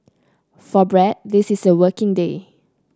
for Brad this is a working day